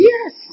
Yes